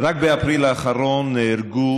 רק באפריל האחרון נהרגו